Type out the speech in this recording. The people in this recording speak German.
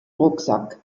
rucksack